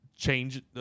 Change